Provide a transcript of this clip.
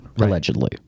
allegedly